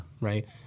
Right